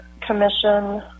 Commission